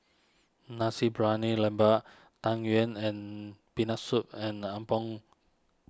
Nasi Briyani Lembu Tang Yuen and Peanut Soup and Apom